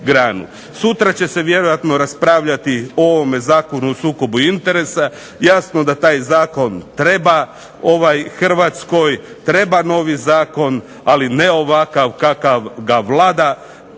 Sutra će se vjerojatno raspravljati o ovomu Zakonu o sukobu interesa. Jasno da taj zakon treba Hrvatskoj, treba novi zakon, ali ne ovakav kakav ga Vlada